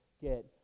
get